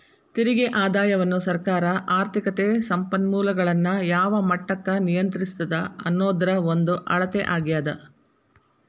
ತೆರಿಗೆ ಆದಾಯವನ್ನ ಸರ್ಕಾರ ಆರ್ಥಿಕತೆ ಸಂಪನ್ಮೂಲಗಳನ್ನ ಯಾವ ಮಟ್ಟಕ್ಕ ನಿಯಂತ್ರಿಸ್ತದ ಅನ್ನೋದ್ರ ಒಂದ ಅಳತೆ ಆಗ್ಯಾದ